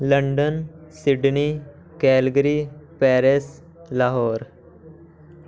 London Sydney Calgary Paris Lahore